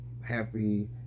happy